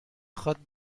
خواد